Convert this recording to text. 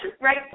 right